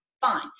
Fine